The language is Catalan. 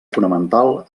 fonamental